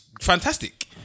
fantastic